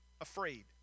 afraid